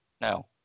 no